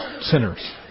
sinners